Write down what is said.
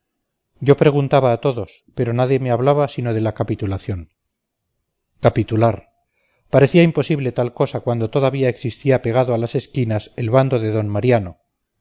yo preguntaba a todos pero nadie me hablaba sino de la capitulación capitular parecía imposible tal cosa cuando todavía existía pegado a las esquinas el bando de d mariano